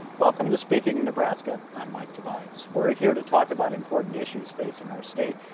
welcome to speaking of nebraska. i'm mike tobias. we're ah here to talk about important issues facing our state,